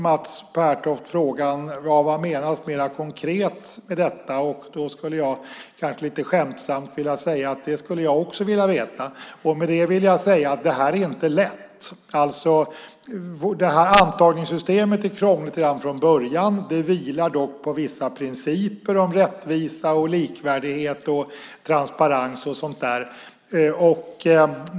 Mats Pertoft ställer frågan vad som menas med detta mer konkret, och jag skulle då kanske lite skämtsamt vilja säga att det skulle jag också vilja veta. Med det vill jag säga att det här inte är lätt. Antagningssystemet är krångligt redan från början. Det vilar dock på vissa principer om rättvisa, likvärdighet och transparens och sådant där.